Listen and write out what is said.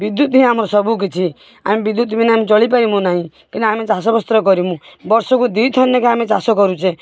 ବିଦ୍ୟୁତ ହିଁ ଆମର ସବୁ କିଛି ଆମେ ବିଦ୍ୟୁତ ବିନା ଆମେ ଚଳିପାରିବୁ ନାହିଁ କିନ୍ତୁ ଆମେ ଚାଷ ବାସ କରିମୁ ବର୍ଷୁକୁ ଦୁଇଥର ନେଖା ଆମେ ଚାଷ କରୁଛେ